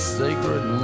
sacred